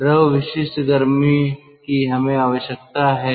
द्रव विशिष्ट गर्मी की हमें आवश्यकता है